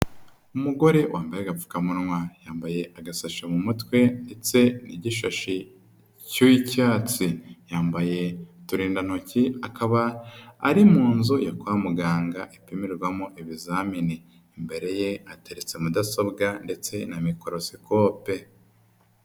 Umugore wambaye agapfukamunwa, yambaye agasashe mu mutwe ndetse n'igishashi k'icyatsi. Yambaye uturindantoki, akaba ari mu nzu yo kwa muganga ipimirwamo ibizamini. Imbere ye hateretse mudasobwa ndetse na mikorosikope.